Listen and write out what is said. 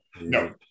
No